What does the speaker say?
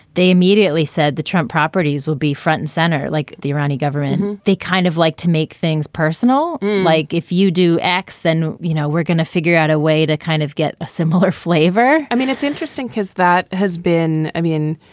they immediately said the trump properties would be front and center like the iraqi government. they kind of like to make things personal. like if you do x, then, you know, we're gonna figure out a way to kind of get a similar flavor i mean, it's interesting because that has been i mean,